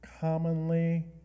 commonly